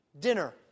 dinner